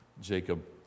Jacob